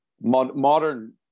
modern